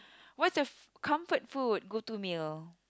what's your f~ comfort food go to meal